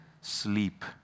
sleep